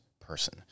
person